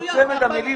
על צמד המילים האלה?